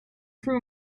crew